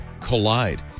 Collide